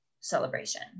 celebration